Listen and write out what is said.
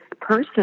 person